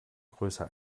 größer